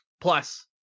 Plus